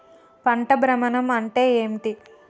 పంట భ్రమణం అంటే ఏంటి?